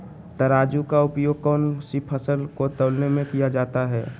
तराजू का उपयोग कौन सी फसल को तौलने में किया जाता है?